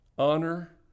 Honor